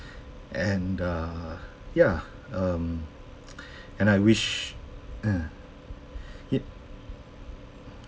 and uh ya um and I wished